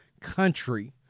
country